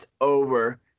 over